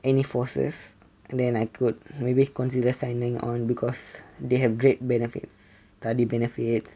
any forces and then I could maybe consider signing on because they have great benefits study benefits